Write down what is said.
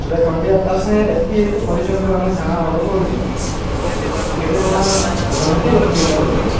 ସେଟା କହିବି ଆ ତାର୍ ସାଙ୍ଗେ ଏତ୍କି ଯେହେତୁ ପଞ୍ଚଶ ଜଣଙ୍କ ଆମେ ଖାନା ଅର୍ଡ଼ର କରୁଚୁଁ ତୁ କେତେ ଟଙ୍କା ରିହାତି ରଖିବି ତାର ଉପରେ